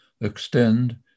extend